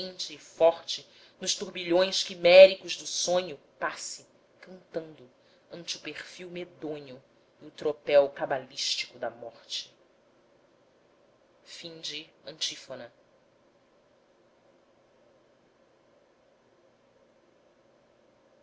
e forte nos turbilhões quiméricos do sonho passe cantando ante o perfil medonho e o tropel cabalístico da morte